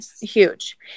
Huge